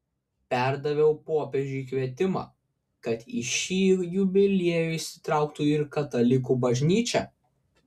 perdaviau popiežiui kvietimą kad į šį jubiliejų įsitrauktų ir katalikų bažnyčia